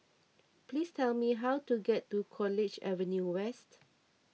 please tell me how to get to College Avenue West